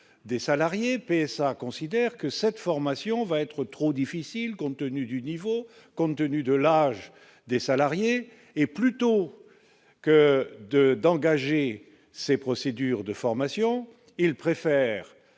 des salariés de PSA considère que cette formation va être trop difficile compte tenu du niveau compte tenu de l'âge des salariés et plutôt que de d'engager ses procédures de formation, il préfère